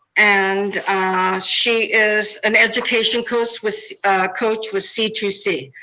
and she is and education coach with coach with c two c.